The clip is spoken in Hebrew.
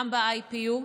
גם ב-IPU,